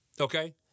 Okay